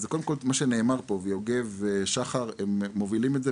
כמו שנאמר פה יוגב ושחר מובילים את זה,